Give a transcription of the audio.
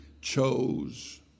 chose